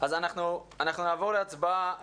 אז אנחנו נעבור להצבעה.